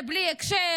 זה בלי הקשר,